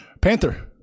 Panther